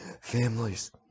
families